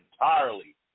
entirely